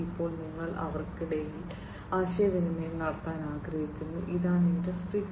ഇപ്പോൾ നിങ്ങൾ അവർക്കിടയിൽ ആശയവിനിമയം നടത്താൻ ആഗ്രഹിക്കുന്നു അതാണ് ഇൻഡസ്ട്രി 4